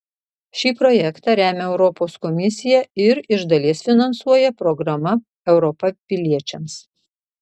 šį projektą remia europos komisija ir iš dalies finansuoja programa europa piliečiams